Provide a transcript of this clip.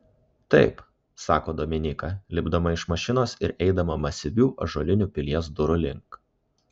taip sako dominyka lipdama iš mašinos ir eidama masyvių ąžuolinių pilies durų link